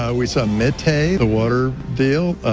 ah we saw mittay, the water deal,